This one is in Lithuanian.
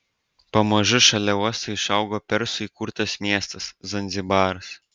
pamažu šalia uosto išaugo persų įkurtas miestas zanzibaras